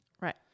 Right